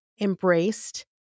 embraced